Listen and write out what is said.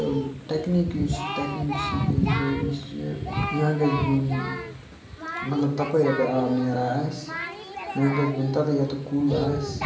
تہٕ ٹیٚکنیٖک یُس ٹیٚکنیٖک چھِ یہِ زِ مےٚ چھُ یہِ یا گژھِ بِہُن مطلب تَپٲرۍ یَپٲرۍ آب نیران آسہِ یا گژھِ بِہُن تَتیٚن یَتن کُل آسہِ